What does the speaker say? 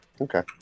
Okay